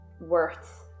worth